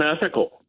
unethical